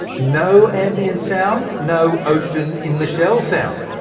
no ambient sound, no ocean-in-the-shell sound.